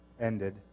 ended